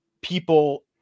people